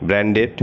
branded